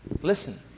Listen